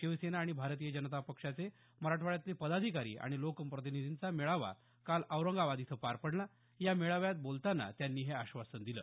शिवसेना आणि भारतीय जनता पक्षाचे मराठवाड्यातले पदाधिकारी आणि लोकप्रतिनिधींचा मेळावा काल औरंगाबाद इथं पार पडला या मेळाव्यात बोलतांना त्यांनी हे आश्वासन दिलं